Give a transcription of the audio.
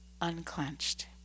unclenched